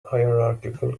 hierarchical